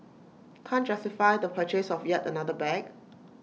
can't justify the purchase of yet another bag